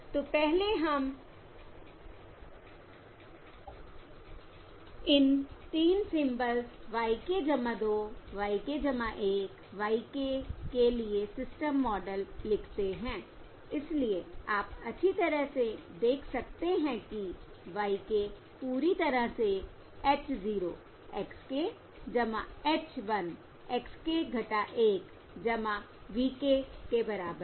तो पहले हम इन 3 symbols y k 2 y k 1 y k के लिए सिस्टम मॉडल लिखते हैं इसलिए आप अच्छी तरह से देख सकते हैं कि y k पूरी तरह से h 0 x k h 1 x k 1 v k के बराबर है